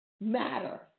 matter